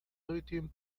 written